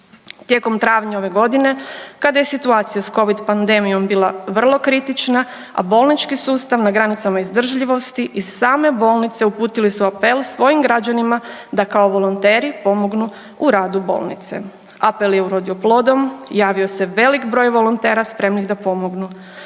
Tijekom travnja ove godine kada je situacija sa covid pandemijom bila vrlo kritična, a bolnički sustav na granicama izdržljivosti i same bolnice uputile su apel svojim građanima da kao volonteri pomognu u radu bolnice. Apel je urodio plodom, javio se velik broj volontera spremnih da pomognu.